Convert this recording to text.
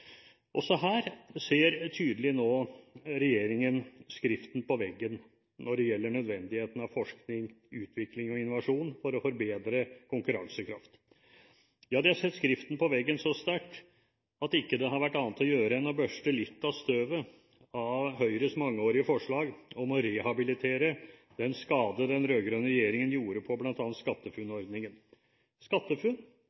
Også her ser tydeligvis regjeringen nå skriften på veggen når det gjelder nødvendigheten av forskning, utvikling og innovasjon for å forbedre konkurransekraft. Ja, de har sett skriften på veggen så tydelig at det ikke har vært annet å gjøre enn å børste litt av støvet av Høyres mangeårige forslag om å rehabilitere den skade den rød-grønne regjeringen gjorde på